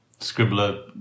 Scribbler